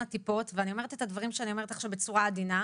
הטיפות ואני אומרת את הדברים שאני אומרת עכשיו בצורה עדינה,